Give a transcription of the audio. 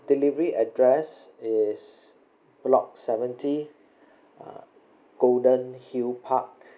delivery address is block seventy uh golden hill park